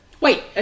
Wait